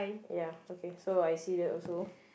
ya okay so I see that also